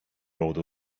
road